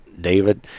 David